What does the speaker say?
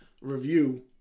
review